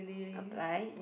Popeye